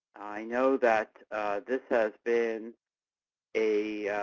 know that this has been a